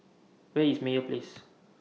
Where IS Meyer Place